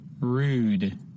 Rude